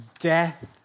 death